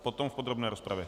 Potom v podrobné rozpravě .